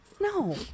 no